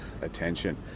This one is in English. attention